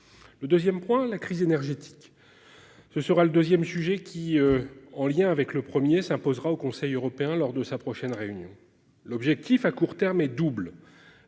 Le 2ème point. La crise énergétique. Ce sera le 2ème sujet qui en lien avec le Premier s'imposera au Conseil européen, lors de sa prochaine réunion. L'objectif à court terme est double,